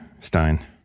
Stein